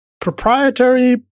proprietary